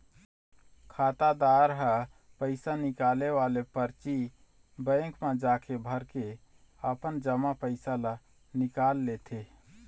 खातादार ह पइसा निकाले वाले परची बेंक म जाके भरके अपन जमा पइसा ल निकाल लेथे